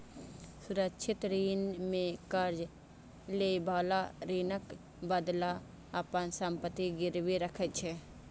सुरक्षित ऋण मे कर्ज लएबला ऋणक बदला अपन संपत्ति गिरवी राखै छै